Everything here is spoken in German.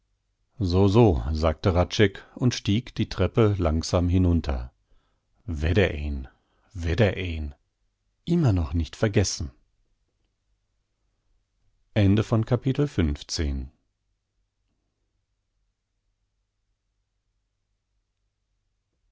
so so sagte hradscheck und stieg die treppe langsam hinunter wedder een wedder een immer noch nicht vergessen